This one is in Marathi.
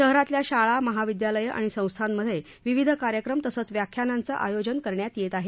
शहरातल्या शाळा महाविद्यालयं आणि संस्थांमध्ये विविध कार्यक्रम तसंच व्याख्यानांचं आयोजन करण्यात येत आहे